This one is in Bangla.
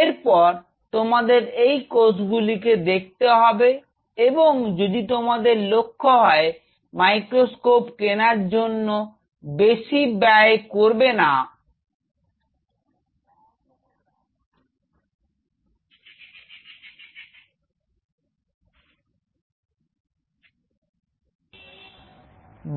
এরপর তোমাদের এই কোষগুলিকে দেখতে হবে এবং যদি তোমাদের লক্ষ্য হয় মাইক্রোস্কোপ কেনার জন্য বেশি ব্যয় করবে না